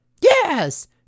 Yes